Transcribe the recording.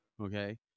Okay